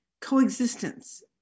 coexistence